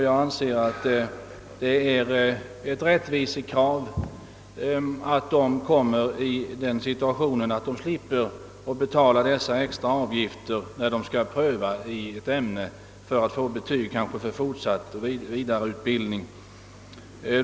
Jag anser att det är ett rättvisekrav att de slipper betala dessa extra avgifter när de skall pröva i ett ämne för att få betyg, kanske för fortsatt vidare utbildning.